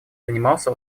занимался